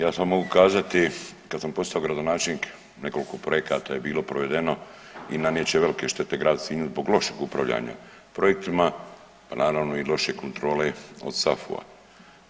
Ja samo mogu kazati kad sam postao gradonačelnik, nekoliko projekata je bilo provedeno i nanijet će velike štete gradu Sinju zbog lošeg upravljanja projektima a naravno i loše kontrole od SAFU-a.